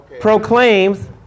proclaims